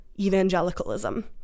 evangelicalism